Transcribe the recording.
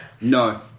No